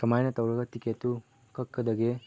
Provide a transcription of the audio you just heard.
ꯀꯃꯥꯏꯅ ꯇꯧꯔꯒ ꯇꯤꯛꯀꯦꯠꯇꯨ ꯀꯛꯀꯗꯒꯦ